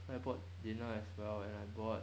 so I bought dinner as well and I bought